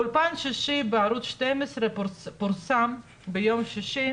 באולפן שישי בערוץ 12 פורסם ביום שישי